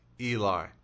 Eli